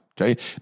okay